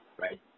right